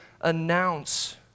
announce